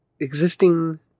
existing